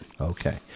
Okay